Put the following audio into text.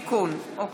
(תיקון).